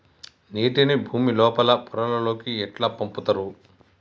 నీటిని భుమి లోపలి పొరలలోకి ఎట్లా పంపుతరు?